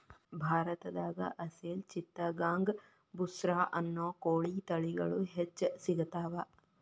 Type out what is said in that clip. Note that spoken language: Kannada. ಭಾರತದಾಗ ಅಸೇಲ್ ಚಿತ್ತಗಾಂಗ್ ಬುಸ್ರಾ ಅನ್ನೋ ಕೋಳಿ ತಳಿಗಳು ಹೆಚ್ಚ್ ಸಿಗತಾವ